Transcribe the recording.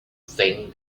thing